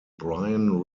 bryan